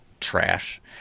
trash